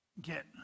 get